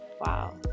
Wow